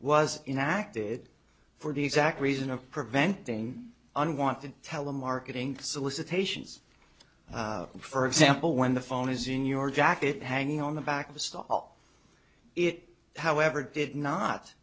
was enacted for the exact reason of preventing unwanted telemarketing solicitations for example when the phone is in your jacket hanging on the back of a stall it however did not